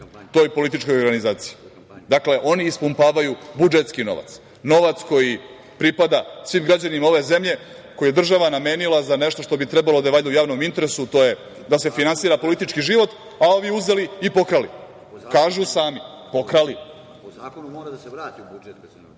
toj političkoj organizaciji. Dakle, oni ispumpavaju budžetski novac, novac koji pripada svim građanima ove zemlje koji je država namenila za nešto što bi trebalo valjda da je u javnom interesu, a to je da se finansira politički život, a ovi uzeli i pokrali. Kažu sami –